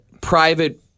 private